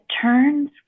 turns